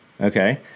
Okay